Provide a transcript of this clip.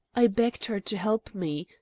i begged her to help me,